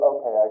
Okay